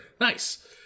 nice